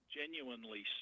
genuinely